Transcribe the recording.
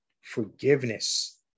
Forgiveness